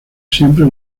siempre